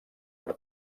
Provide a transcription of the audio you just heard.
per